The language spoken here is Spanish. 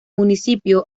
municipio